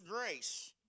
grace